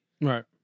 Right